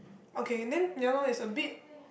okay then ya lor is a bit